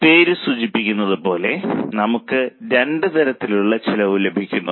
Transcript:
പേര് സൂചിപ്പിക്കുന്നതുപോലെ നമുക്ക് രണ്ടുതരത്തിലുള്ള ചെലവ് ലഭിക്കുന്നു